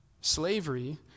Slavery